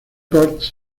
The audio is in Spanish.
records